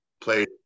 played